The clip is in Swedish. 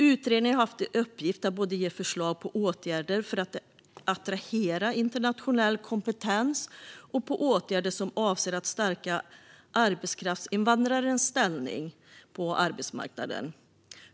Utredningen har haft till uppgift att både lägga fram förslag på åtgärder för att attrahera internationell kompetens och på åtgärder som avser att stärka arbetskraftsinvandrarens ställning på arbetsmarknaden.